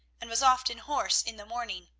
and was often hoarse in the morning.